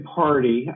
party